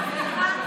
סליחה,